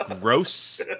gross